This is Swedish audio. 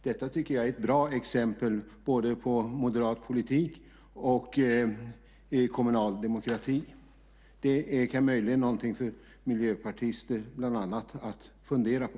Detta tycker jag är ett bra exempel både på moderat politik och på kommunal demokrati. Det är möjligen någonting för bland annat miljöpartister att fundera på.